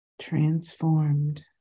transformed